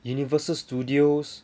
universal studios